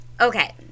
okay